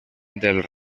del